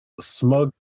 Smug